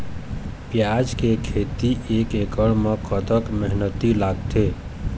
प्याज के खेती एक एकड़ म कतक मेहनती लागथे?